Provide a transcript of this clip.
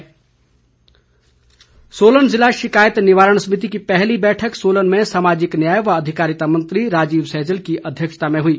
राजीव सैजल सोलन जिला शिकायत निवारण समिति की पहली बैठक सोलन में सामाजिक न्याय व अधिकारिता मंत्री राजीव सैजल की अध्यक्षता में हुई